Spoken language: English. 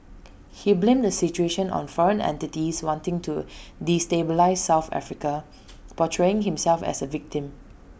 he blamed the situation on foreign entities wanting to destabilise south Africa portraying himself as A victim